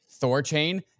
Thorchain